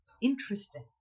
interesting